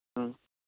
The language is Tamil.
ம்